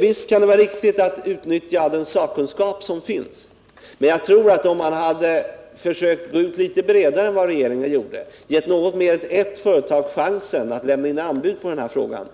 Visst kan det vara riktigt att utnyttja den sakkunskap som finns, men om man hade försökt gå ut litet bredare än vad regeringen gjorde, givit mer än ett företag chansen att lämna in anbud på verksamheten,